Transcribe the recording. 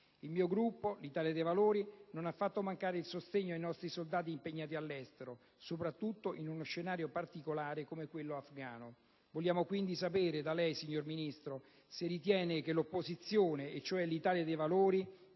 La mia parte politica non ha fatto mancare il sostegno ai nostri soldati impegnati all'estero, soprattutto in uno scenario particolare come quello afgano. Vogliamo quindi sapere da lei, signor Ministro, se ritiene che l'opposizione, cioè l'Italia dei Valori,